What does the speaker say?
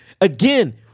Again